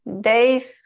Dave